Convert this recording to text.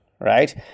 right